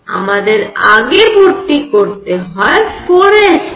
আমাদের আগে ভর্তি করতে হয়4 s